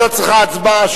שלא צריכה הצבעה,